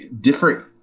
different